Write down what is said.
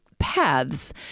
paths